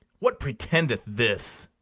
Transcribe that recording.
what pretendeth this?